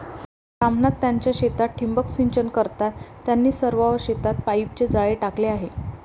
राम नाथ त्यांच्या शेतात ठिबक सिंचन करतात, त्यांनी सर्व शेतात पाईपचे जाळे टाकले आहे